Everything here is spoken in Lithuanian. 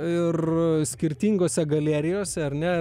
ir skirtingose galerijose ar ne